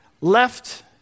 left